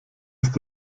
ist